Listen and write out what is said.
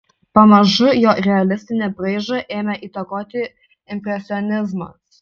pamažu jo realistinį braižą ėmė įtakoti impresionizmas